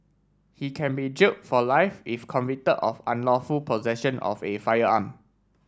he can be jailed for life if convicted of unlawful possession of a firearm